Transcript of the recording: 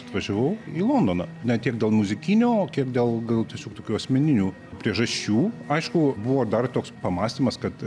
atvažiavau į londoną ne tiek dėl muzikinio kiek dėl gal tiesiog tokių asmeninių priežasčių aišku buvo dar toks pamąstymas kad